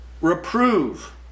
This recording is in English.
reprove